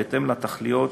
בהתאם לתכליות,